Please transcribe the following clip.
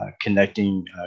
connecting